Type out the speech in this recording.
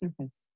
surface